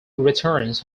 returns